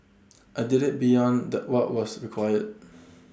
I did IT beyond what was required